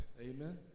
Amen